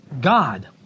God